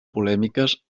polèmiques